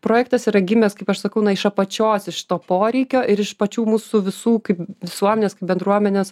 projektas yra gimęs kaip aš sakau na iš apačios iš to poreikio ir iš pačių mūsų visų kaip visuomenės kaip bendruomenės